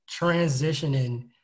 transitioning